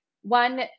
one